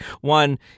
One